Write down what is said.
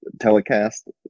telecast